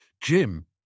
Jim